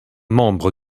membre